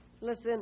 Listen